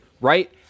right